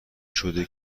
شده